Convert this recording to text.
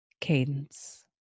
cadence